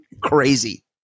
crazy